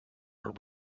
were